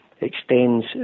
extends